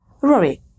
Rory